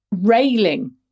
railing